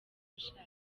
gushaka